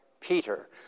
Peter